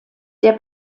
der